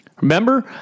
remember